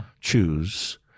choose